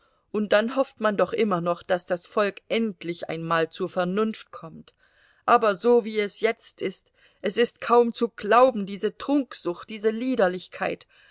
und dann hofft man doch immer noch daß das volk endlich einmal zur vernunft kommt aber so wie es jetzt ist es ist kaum zu glauben diese trunksucht diese liederlichkeit